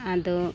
ᱟᱫᱚ